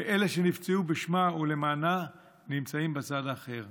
ואלה שנפצעו בשמה ולמענה נמצאים בצד האחר.